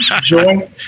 joy